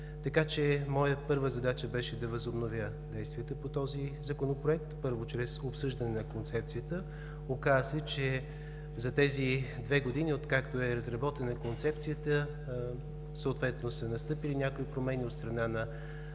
Така че моя първа задача беше да възобновя действията по този Законопроект, първо чрез обсъждане на Концепцията. Оказа се, че за тези две години, откакто е разработена Концепцията, съответно са настъпили някои промени. От страна на